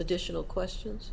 additional questions